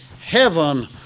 heaven